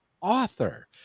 author